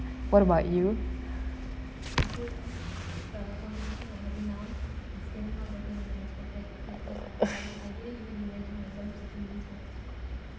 what about you